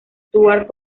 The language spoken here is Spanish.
stuart